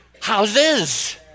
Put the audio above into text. houses